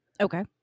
Okay